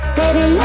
baby